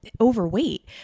overweight